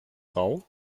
rau